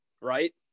right